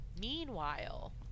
Meanwhile